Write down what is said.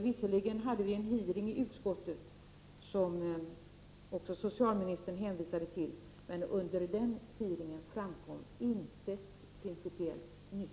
Visserligen hade vi en utfrågning i utskottet, till vilken socialministern också hänvisade, men under den framkom principiellt inget nytt.